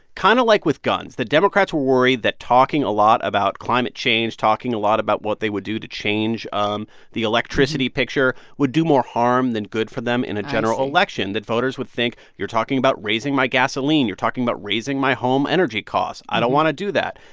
kind of like with guns, that democrats were worried that talking a lot about climate change, talking a lot about what they would do to change um the electricity picture, would do more harm than good for them in a general election. i see. that voters would think, you're talking about raising my gasoline. you're talking about raising my home energy costs. i don't want to do that.